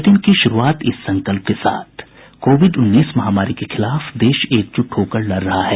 bulletin की शुरूआत इस संकल्प के साथ कोविड उन्नीस महामारी के खिलाफ देश एकजुट होकर लड़ रहा है